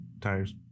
tires